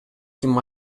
ким